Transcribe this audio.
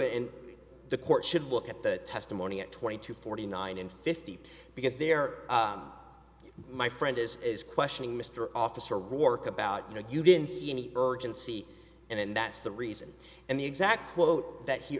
and the court should look at the testimony of twenty two forty nine and fifty eight because there my friend is is questioning mr officer wark about you know you didn't see any urgency and that's the reason and the exact quote that he